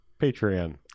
Patreon